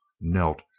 knelt,